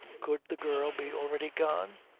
could the girl be already gone?